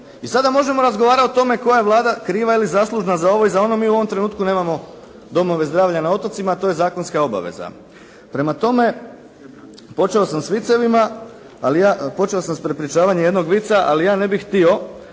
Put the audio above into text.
i sada možemo razgovarati koja je Vlada kriva ili zaslužna za ovo ili za ono, mi u ovom trenutku nemamo domove zdravlja na otocima, to je zakonska obaveza. Prema toma, počeo sam s prepričavanjem jednog vica, ali ja ne bih htio